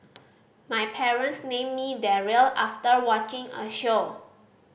my parents named me Daryl after watching a show